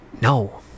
No